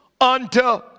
unto